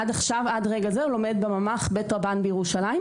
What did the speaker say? עד רגע זה הוא לומד בממ"ח בית רבן בירושלים.